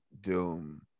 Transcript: Doom